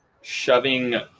shoving